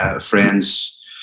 Friends